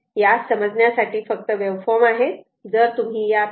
या समजण्यासाठी फक्त वेवफॉर्म आहेत